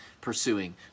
pursuing